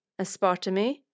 aspartame